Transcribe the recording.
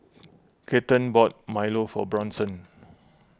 Kathern bought Milo for Bronson